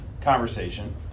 conversation